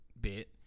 bit